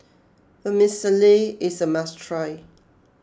Vermicelli is a must try